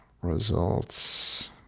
results